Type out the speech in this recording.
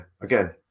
again